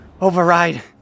Override